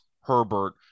Herbert